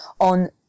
on